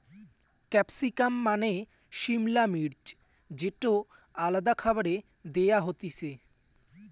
capsicum মানে সিমলা মির্চ যেটো আলাদা খাবারে দেয়া হতিছে